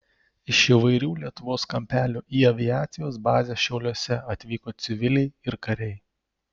iš įvairių lietuvos kampelių į aviacijos bazę šiauliuose atvyko civiliai ir kariai